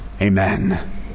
Amen